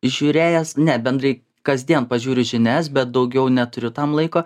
žiūrėjęs ne bendrai kasdien pažiūriu žinias bet daugiau neturiu tam laiko